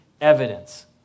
evidence